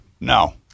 No